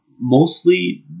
Mostly